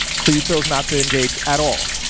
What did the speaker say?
so you chose not to engage at all.